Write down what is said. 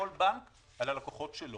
כל בנק על הלקוחות שלו.